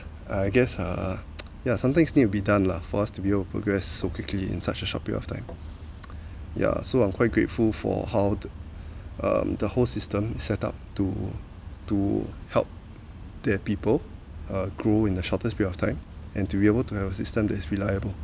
I guess uh yeah some things need to be done lah for us to be able to progress so quickly in such a short period of time yeah so I'm quite grateful for how the um the whole system set up to to help their people uh grow in the shortest period of time and to be able to have a system that is reliable